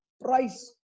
price